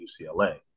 UCLA